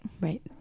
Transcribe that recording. Right